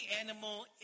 animal